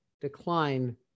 decline